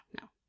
no